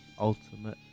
Ultimate